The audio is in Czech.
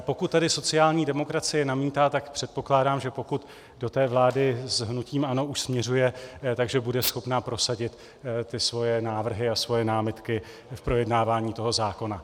Pokud tady sociální demokracie namítá, tak předpokládám, že pokud do té vlády s hnutím ANO už směřuje, že bude schopna prosadit ty svoje návrhy a svoje námitky k projednávání toho zákona.